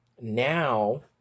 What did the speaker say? now